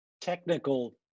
technical